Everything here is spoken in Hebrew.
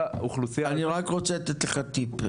אני רק רוצה לתת לך טיפ.